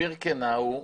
שבבירקנאו,